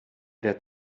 der